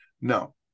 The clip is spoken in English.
No